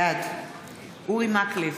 בעד אורי מקלב,